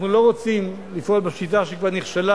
אנחנו לא רוצים לפעול בשיטה שכבר נכשלה